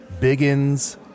Biggins